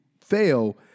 fail